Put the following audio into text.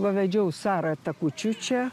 va vedžiau sarą takučiu čia